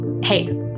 Hey